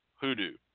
hoodoo